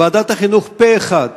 שוועדת החינוך פה-אחד